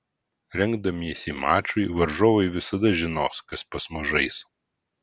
rengdamiesi mačui varžovai visada žinos kas pas mus žais